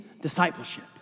discipleship